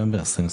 השנה.